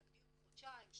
תגדירו חודשיים,